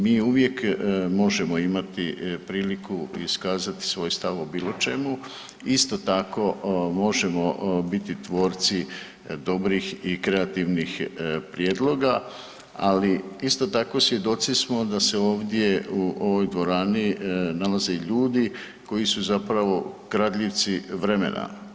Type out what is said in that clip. Mi uvijek možemo imati priliku iskazati svoj stav o bilo čemu, isto tako možemo biti tvorci dobrih i kreativnih prijedloga, ali isto tako svjedoci smo da se ovdje u ovoj dvorani nalaze ljudi koji su zapravo kradljivci vremena.